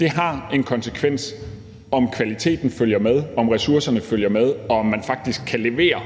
det har en betydning, om kvaliteten følger med, om ressourcerne følger med, og om man faktisk kan levere